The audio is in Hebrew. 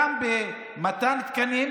גם במתן תקנים.